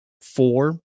four